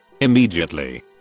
immediately